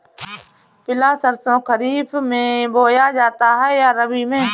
पिला सरसो खरीफ में बोया जाता है या रबी में?